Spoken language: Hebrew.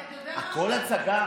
הכול הצגה?